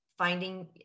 finding